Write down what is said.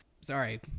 sorry